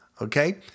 Okay